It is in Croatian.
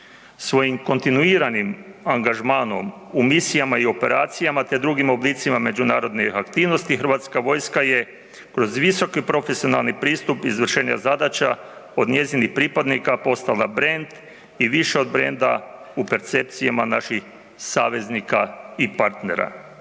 Svojim kontinuiranim angažmanom u Misijama i Operacijama te drugim oblicima međunarodnih aktivnosti Hrvatska vojska je kroz visoki profesionalni pristup izvršenja zadaća od njezinih pripadnika postala brend i više od brenda u percepcijama naših saveznika i partnera.